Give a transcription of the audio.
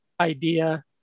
idea